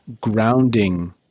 grounding